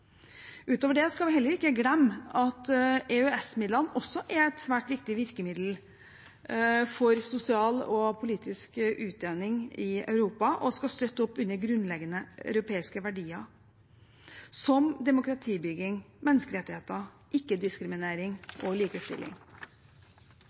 Utover det skal vi heller ikke glemme at EØS-midlene også er et svært viktig virkemiddel for sosial og økonomisk utjevning i Europa og skal støtte opp under grunnleggende europeiske verdier som demokratibygging, menneskerettigheter, ikke-diskriminering og likestilling.